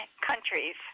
countries